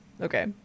okay